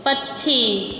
पक्षी